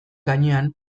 gainean